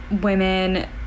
women